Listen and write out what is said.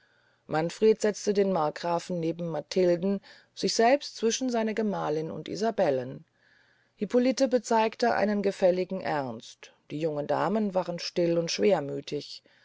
manfred setzte den markgrafen neben matilden sich selbst zwischen seine gemahlin und isabellen hippolite bezeigte einen gefälligen ernst die jungen damen waren still und schwermüthig